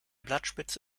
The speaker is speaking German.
blattspitze